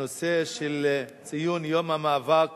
הנושא של ציון יום המאבק